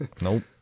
Nope